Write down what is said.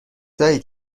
جایی